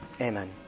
Amen